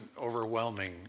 overwhelming